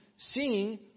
seeing